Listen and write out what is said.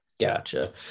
Gotcha